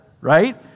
right